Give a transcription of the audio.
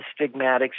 stigmatic